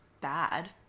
bad